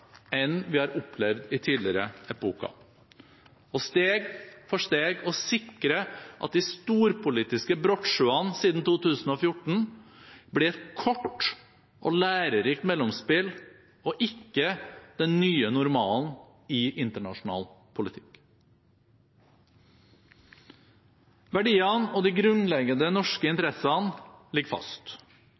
enn vi har opplevd i tidligere epoker, og steg for steg sikre at de storpolitiske brottsjøene siden 2014 blir et kort og lærerikt mellomspill og ikke den nye normalen i internasjonal politikk. Verdiene og de grunnleggende norske interessene ligger fast,